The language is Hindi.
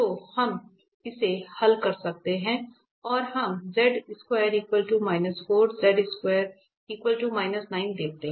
तो हम इसे हल कर सकते हैं और हम देखते हैं